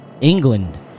England